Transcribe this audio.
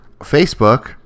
Facebook